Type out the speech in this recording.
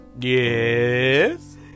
Yes